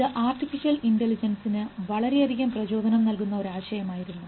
ഇത് ആർട്ടിഫിഷ്യൽ ഇൻറലിജൻസ്നു വളരെയധികം പ്രചോദനം നൽകുന്ന ഒരു ആശയമായിരുന്നു